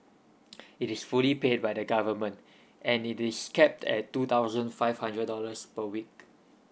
it is fully paid by the government and it is capped at two thousand five hundred dollars per week